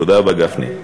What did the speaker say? תודה רבה, גפני.